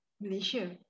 Malaysia